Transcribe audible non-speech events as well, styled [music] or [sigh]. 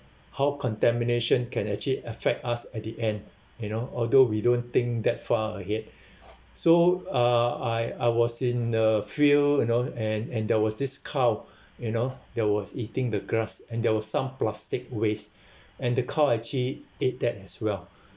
how contamination can actually affect us at the end you know although we don't think that far ahead [breath] so uh I I was in a field you know and and there was this cow [breath] you know that was eating the grass and there was some plastic waste [breath] and the cow actually ate that as well [breath]